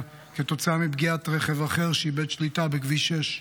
כתוצאה מפגיעת רכב אחר שאיבד שליטה בכביש 6,